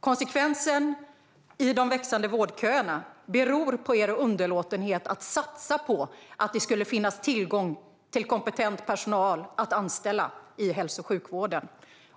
Konsekvensen i följd av de växande vårdköerna beror på er underlåtenhet att satsa på att det skulle finnas tillgång till kompetent personal att anställa i hälso och sjukvården.